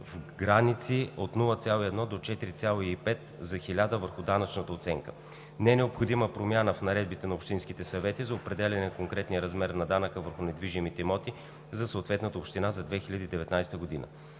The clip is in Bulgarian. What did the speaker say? в граници от 0,1 до 4,5 на хиляда върху данъчната оценка. Не е необходима промяна в наредбите на общинските съвети за определяне на конкретния размер на данъка върху недвижимите имоти за съответната община за 2019 г.